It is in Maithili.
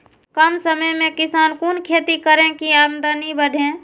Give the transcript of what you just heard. कम समय में किसान कुन खैती करै की आमदनी बढ़े?